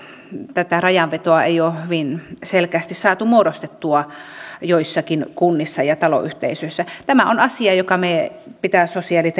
tätä rajanvetoa ei ole hyvin selkeästi saatu muodostettua joissain kunnissa ja taloyhteisöissä tämä on asia joka meidän sosiaali ja